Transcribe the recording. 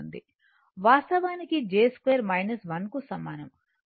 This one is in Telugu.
వాస్తవానికి j 2 1 కు సమానం